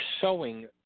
sowing